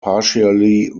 partially